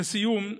לסיום,